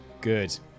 Good